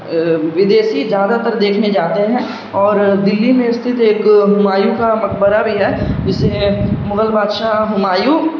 ودیشی زیادہ تر دیکھنے جاتے ہیں اور دلی میں استھت ایک ہمایوں کا مقبرہ بھی ہے اسے مغل بادشاہ ہمایوں